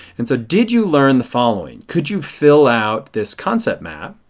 and so did you learn the following? could you fill out this concept map?